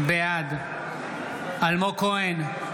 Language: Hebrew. בעד אלמוג כהן,